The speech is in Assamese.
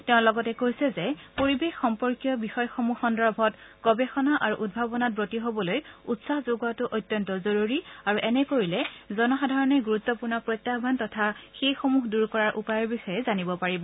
তেওঁ লগতে কৈছে যে পৰিবেশ সম্পৰ্কীয় বিষয়সমূহ সন্দৰ্ভত গৱেষণা আৰু উদ্ভাৱনত ৱতী হ'বলৈ উৎসাহ যোগোৱাটো অত্যন্ত জৰুৰী আৰু এনে কৰিলে জনসাধাৰণে গুৰুত্বপূৰ্ণ প্ৰত্যাহ্মন তথা সিবিলাক দূৰ কৰাৰ উপায়ৰ বিষয়ে জানিব পাৰিব